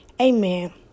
Amen